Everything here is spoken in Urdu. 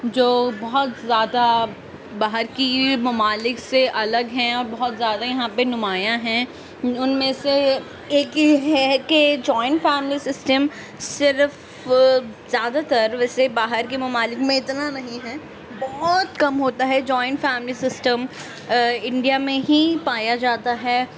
جو بہت زیادہ باہر کی ممالک سے الگ ہیں اور بہت زیادہ یہاں پہ نمایاں ہیں ان میں سے ایک یہ ہے کہ جوائنٹ فیملی سسٹم صرف زیادہ تر ویسے باہر کے ممالک میں اتنا نہیں ہیں بہت کم ہوتا ہے جوائنٹ فیملی سسٹم انڈیا میں ہی پایا جاتا ہے